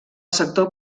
sector